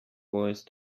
voice